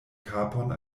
kapon